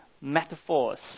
metaphors